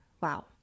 Wow